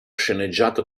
sceneggiato